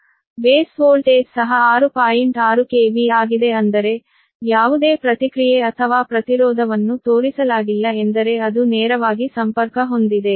6 KV ಆಗಿದೆ ಅಂದರೆ ಯಾವುದೇ ಪ್ರತಿಕ್ರಿಯೆ ಅಥವಾ ಪ್ರತಿರೋಧವನ್ನು ತೋರಿಸಲಾಗಿಲ್ಲ ಎಂದರೆ ಅದು ನೇರವಾಗಿ ಸಂಪರ್ಕ ಹೊಂದಿದೆ